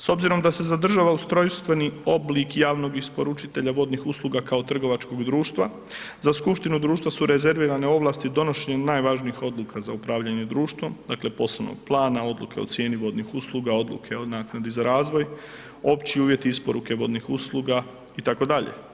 S obzirom da se zadržava ustrojstveni oblik javnog isporučitelja vodnih usluga kao trgovačkog društva, za skupštinu društva su rezervirane ovlasti donošenjem najvažnijih odluka za upravljanje društvom, dakle, poslovnog plana, odluke o cijeni vodnih usluga, odluke o naknadi za razvoj, opći uvjeti isporuke vodnih usluga itd.